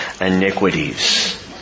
iniquities